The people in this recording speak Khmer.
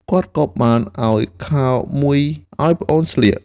គាត់ក៏បានឱ្យខោមួយឱ្យប្អូនស្លៀក។